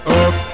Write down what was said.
up